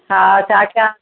हा छा कयां